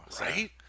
Right